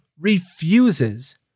refuses